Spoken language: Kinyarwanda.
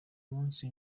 munsi